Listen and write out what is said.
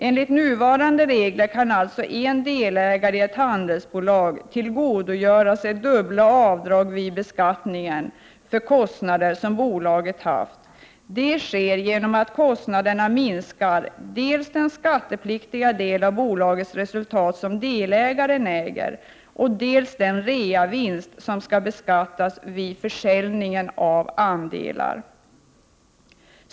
Enligt nuvarande regler kan alltså er delägare i ett handelsbolag tillgodogöra sig dubbla avdrag vid beskattningen för kostnader som bolaget haft. Det sker genom att kostnaderna minskar dels den skattepliktiga del av bolagets resultat som delägaren äger, dels den reavinst som skall beskattas vid försäljning av andelar.